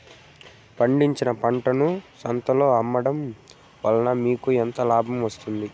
పండించిన పంటను సంతలలో అమ్మడం వలన మీకు ఎంత లాభం వస్తుంది?